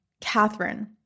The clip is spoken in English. Catherine